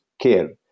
care